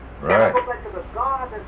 right